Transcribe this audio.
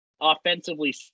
offensively